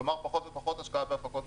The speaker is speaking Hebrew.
כלומר, פחות ופחות השקעה בהפקות מקור.